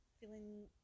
feeling